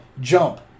jump